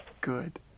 good